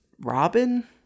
Robin